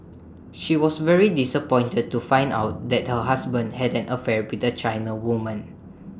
she was very disappointed to find out that her husband had an affair with A China woman